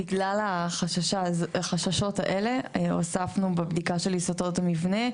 בגלל החששות האלה, הסופנו בבדיקת של יסודות המבנה,